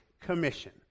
commission